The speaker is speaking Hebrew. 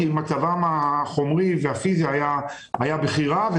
כי מצבם החומרי והפיזי היה בכי רע,